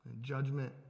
Judgment